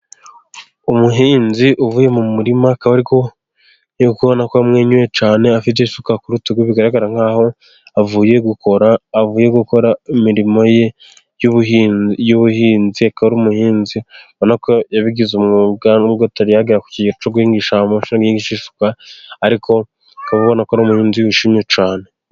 Umuhinzi uvuye mu murima, akaba ariko ukubona ko amwenyuye cyane, afite isuka kutugu bigaragara nkaho avuye gukora imirimo y'ubuhinzi, ko ari umuhinzi yabigize umwuga, nubwo taliyagera ku gicugusha amashu yigishwa ariko akababona ko ari umuhinzi wishimye cane